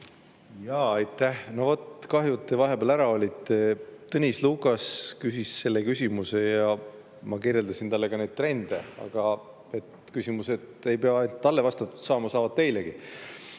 kahju, et te vahepeal ära olite. Tõnis Lukas küsis selle küsimuse ja ma kirjeldasin talle neid trende. Aga küsimused ei pea ainult talle vastatud saama. Saavad teilegi!